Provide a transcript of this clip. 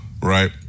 right